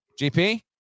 GP